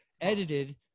edited